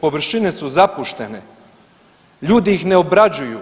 površine su zapuštene, ljudi ih ne obrađuju.